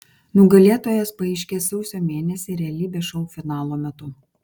nugalėtojas paaiškės sausio mėnesį realybės šou finalo metu